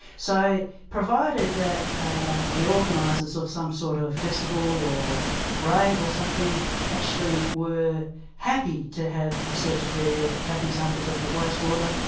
so provided that ah the organisers of some sort of festival or rave or something actually were happy to have researchers there taking samples of the wastewater,